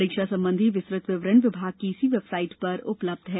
परीक्षा संबंधी विस्तृत विवरण विभाग की इसी वेबसाइट पर उपलब्ध है